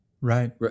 Right